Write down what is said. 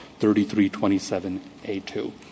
3327A2